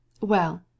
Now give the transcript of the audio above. Well